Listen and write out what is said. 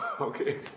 Okay